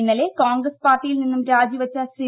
ഇന്നലെ കോൺഗ്രസ് പാർട്ടിയിൽ നിന്നും രാജിവച്ച ശ്രീ